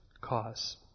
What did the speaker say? cause